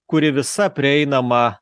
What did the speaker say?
kuri visa prieinama